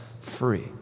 free